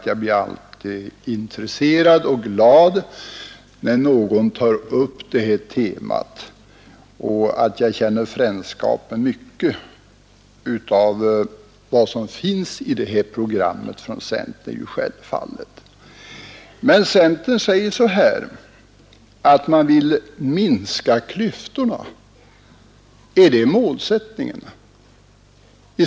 Jag blir alltid intresserad och glad när någon tar upp det här temat. Att jag känner mycken frändskap med vad som finns i det här programmet är självfallet. Men centern säger sig vilja minska klyftorna. Är det målsättningen?